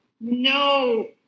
no